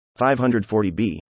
540B